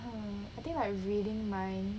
I think like reading mind